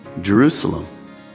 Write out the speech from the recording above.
Jerusalem